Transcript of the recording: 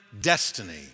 destiny